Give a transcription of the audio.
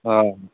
ᱦᱳᱭ